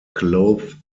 cloth